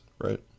right